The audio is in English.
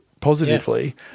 positively